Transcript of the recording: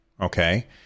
okay